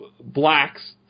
blacks